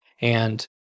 And-